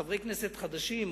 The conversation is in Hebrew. חברי כנסת חדשים,